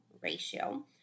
ratio